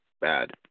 bad